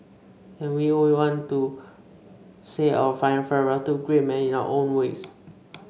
and we all want to say our final farewell to a great man in our own ways